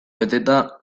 beteta